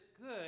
good